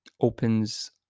opens